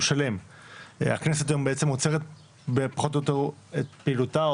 הכנסת היום עוצרת פחות או יותר את פעילותה,